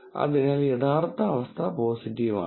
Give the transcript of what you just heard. അതിനാൽ യഥാർത്ഥ അവസ്ഥ പോസിറ്റീവ് ആണ്